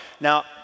now